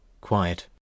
quiet